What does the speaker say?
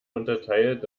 unterteilt